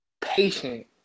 patient